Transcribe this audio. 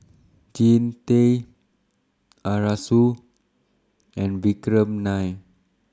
Jean Tay Arasu and Vikram Nair